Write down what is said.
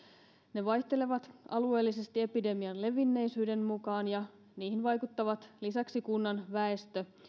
ne vaihtelevat alueellisesti epidemian levinneisyyden mukaan ja niihin vaikuttavat lisäksi kunnan väestö